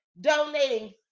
donating